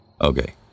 Okay